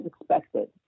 expected